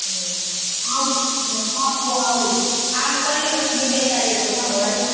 ए आलु चाहिँ आलु आलु आलु पनि अलिक निकै चाहिएको छ मलाई